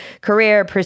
career